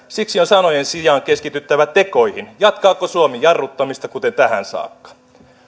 siksi on sanojen sijaan keskityttävä tekoihin jatkaako suomi jarruttamista kuten tähän saakka